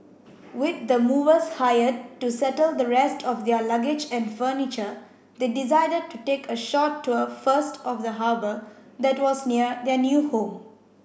with the movers hired to settle the rest of their luggage and furniture they decided to take a short tour first of the harbour that was near their new home